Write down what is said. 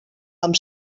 amb